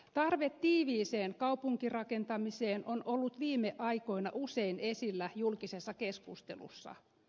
tarve tiiviiseen kaupunkirakentamiseen on ollut viime aikoina usein esillä julkisessa keskustelussa